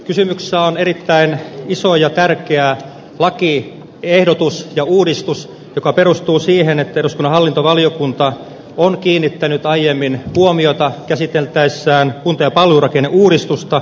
kysymyksessä on erittäin iso ja tärkeä lakiehdotus ja uudistus joka perustuu siihen että eduskunnan hallintovaliokunta on käsitellessään kunta ja palvelurakenneuudistusta kiinnittänyt aiemmin huomiota käsiteltäessä on kuntien palvelurakenneuudistusta